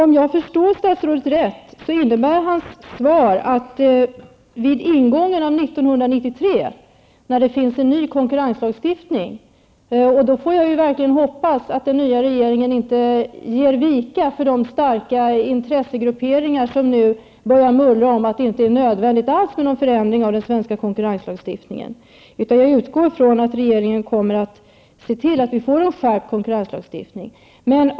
Om jag förstått statsrådet rätt innebär hans svar att det vid ingången av 1993 finns en ny konkurrenslagstiftning. Jag får verkligen hoppas att den nya regeringen inte ger vika för de starka intressegrupperingar som nu börjar mullra om att det inte alls är nödvändigt med någon förändring av den svenska konkurrenslagstiftningen. Men jag utgår från att regeringen kommer att se till att vi får en skärpt konkurrenslagstiftning.